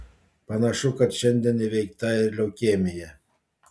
panašu kad šiandien įveikta ir leukemija